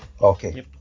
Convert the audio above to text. okay